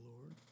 Lord